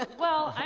ah well,